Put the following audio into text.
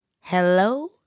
Hello